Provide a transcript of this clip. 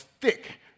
thick